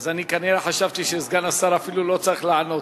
אז אני כנראה חשבתי שסגן השר אפילו לא צריך לענות.